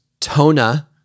Tona